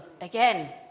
again